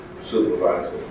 supervisor